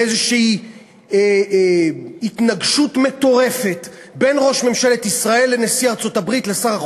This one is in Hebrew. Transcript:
לאיזו התנגשות מטורפת בין ראש ממשלת ישראל לנשיא ארצות-הברית,